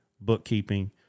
bookkeeping